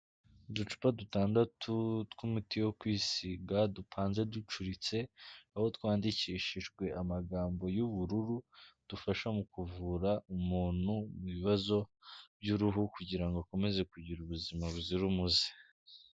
Uducupa dutandatu tw'umuti wo kwisiga dupanze ducuritse aho twandikishijwe amagambo y'ubururu dufasha mu kuvura umuntu mu bibazo by'uruhu kugira ngo akomeze kugira ubuzima buzira umuze.